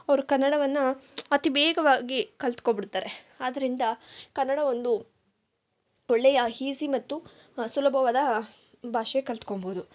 ಅವರು ಕನ್ನಡವನ್ನು ಅತಿ ವೇಗವಾಗಿ ಕಲ್ತ್ಕೊಂಡ್ಬಿಡ್ತಾರೆ ಆದ್ದರಿಂದ ಕನ್ನಡ ಒಂದು ಒಳ್ಳೆಯ ಹೀಸಿ ಮತ್ತು ಸುಲಭವಾದ ಭಾಷೆ ಕಲ್ತ್ಕೊಳ್ಬೋದು